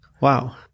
Wow